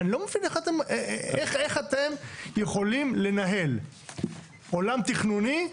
אני לא מבין איך אתם יכולים לנהל עולם תכנוני,